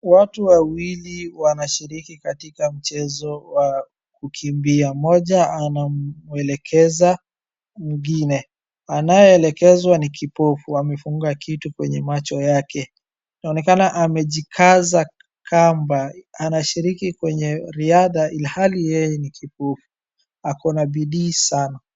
Watu wawili wanashiriki katika mchezo wa kukimbia. Mmoja anamwelekeza mwingine. Anayeelekezwa ni kipofu. Amefunga kitu kwenye macho yake. Inaonekana amejikaza kamba. Anashiriki kwenye riadha ilhali yeye ni kipofu. Ako na bidii sana.